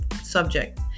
subject